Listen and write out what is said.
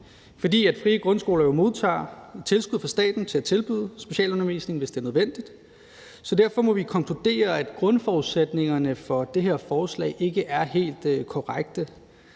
for frie grundskoler modtager jo tilskud fra staten til at tilbyde specialundervisning, hvis det er nødvendigt. Derfor må vi konkludere, at grundforudsætningerne for det her forslag ikke er helt korrekte.